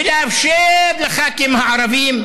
ולאפשר לח"כים הערבים,